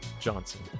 Johnson